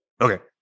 Okay